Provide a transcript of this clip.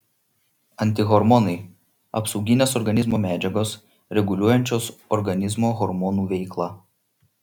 antihormonai apsauginės organizmo medžiagos reguliuojančios organizmo hormonų veiklą